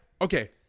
Okay